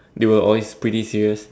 they were always pretty serious